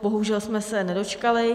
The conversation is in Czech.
Bohužel jsme se nedočkali.